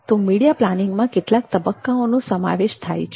તો મીડિયા પ્લાનિંગમાં કેટલા તબક્કાઓનો સમાવેશ થાય છે